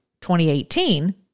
2018